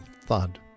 thud